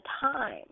time